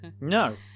No